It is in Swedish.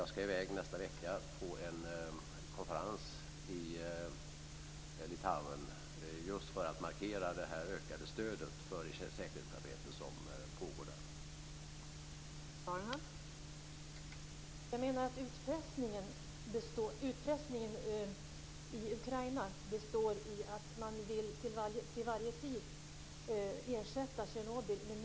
Jag ska nästa vecka i väg på en konferens i Litauen just för att markera det ökade stödet för det säkerhetsarbete som pågår där.